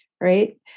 right